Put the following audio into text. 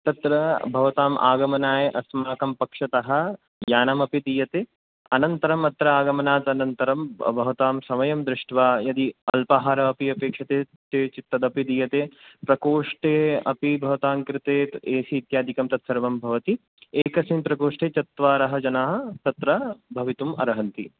तत्र भवताम् आगमनाय अस्माकं पक्षतः यानमपि दीयते अनन्तरमत्र आगमनादनन्तरं भव् भवतां समयं दृष्ट्वा यदि अल्पाहार अपि अपेक्षते ते चेत् तदपि दीयते प्रकोष्टे अपि भवतां कृते एसि इत्यादिकं तत्सर्वं भवति एकस्मिन् प्रकोष्टे चत्वारः जनाः तत्र भवितुं अर्हन्ति